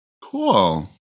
Cool